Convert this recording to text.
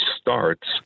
starts